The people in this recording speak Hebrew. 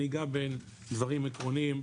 אני אגע בדברים עקרוניים,